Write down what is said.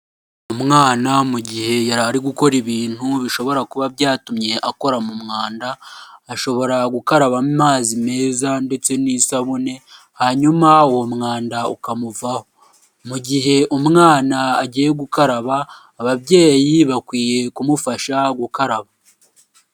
Umwana mu gihe yari ari gukora ibintu bishobora kuba byatumye akora mu mwanda, ashobora gukaraba amazi meza ndetse n'isabune hanyuma uwo mwanda ukamuvaho, mu gihe umwana agiye gukaraba ababyeyi bakwiye kumufasha gukaraba.